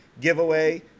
giveaway